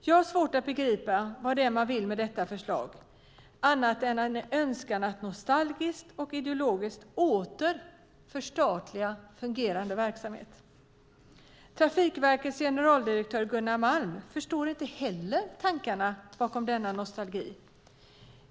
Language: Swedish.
Jag har svårt att begripa vad det är man vill med detta förslag annat än en önskan att nostalgiskt och ideologiskt återförstatliga fungerande verksamhet. Trafikverkets generaldirektör Gunnar Malm förstår inte heller tankarna bakom denna nostalgi.